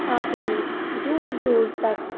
ਆਦਿ ਦੂਰ ਦੂਰ ਤੱਕ